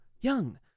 young